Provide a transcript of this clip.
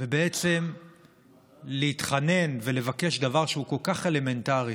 ובעצם להתחנן ולבקש דבר שהוא כל כך אלמנטרי: